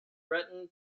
breton